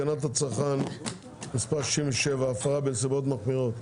הנושא: הצעת חוק הגנת הצרכן (תיקון מס' 67) (הפרה בנסיבות מחמירות),